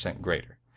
greater